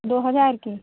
दो हजार की